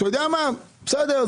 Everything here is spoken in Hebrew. בסדר,